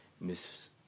Miss